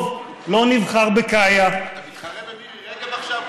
טוב, לא נבחר בקאיה, אתה מתחרה במירי רגב עכשיו?